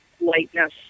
lightness